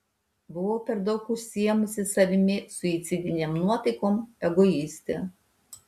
buvau per daug užsiėmusi savimi suicidinėm nuotaikom egoistė